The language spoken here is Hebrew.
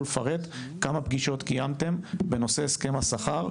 לפרט כמה פגישות קיימתם בנושא הסכם השכר,